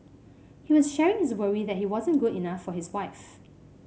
he was sharing his worry that he wasn't good enough for his wife